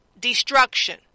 destruction